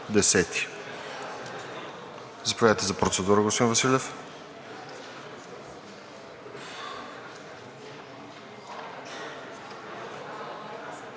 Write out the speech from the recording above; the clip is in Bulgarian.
чл. 10. Заповядайте за процедура, господин Василев.